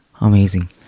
Amazing